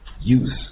use